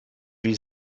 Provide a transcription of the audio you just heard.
wie